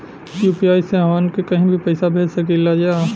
UPI से हमहन के कहीं भी पैसा भेज सकीला जा?